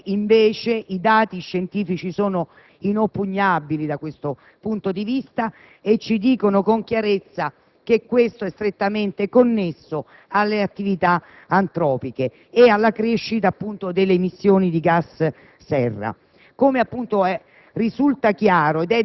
Oggi, invece, i dati scientifici sono inoppugnabili da questo punto di vista e dimostrano con chiarezza che ciò è strettamente connesso alle attività antropiche e alla crescita delle emissioni di gas serra.